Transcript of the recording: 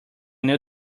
new